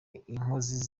inkozi